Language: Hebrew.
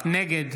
נגד